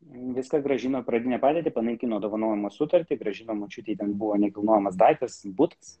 viską grąžino į pradinę padėtį panaikino dovanojimo sutartį grąžino močiutei ten buvo nekilnojamas daiktas butas